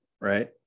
right